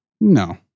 no